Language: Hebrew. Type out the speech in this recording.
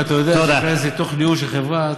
ואתה יודע שלהיכנס לתוך דיון של חברה,